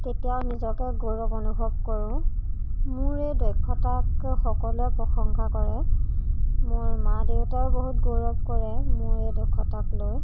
তেতিয়াও নিজকে গৌৰৱ অনুভৱ কৰোঁ মোৰ এই দক্ষতাক সকলোৱে প্ৰশংসা কৰে মোৰ মা দেউতাইও বহুত গৌৰৱ কৰে মোৰ এই দক্ষতাক লৈ